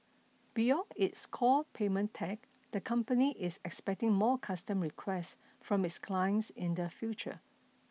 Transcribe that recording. beyond its core payment tech the company is expecting more custom request from its clients in the future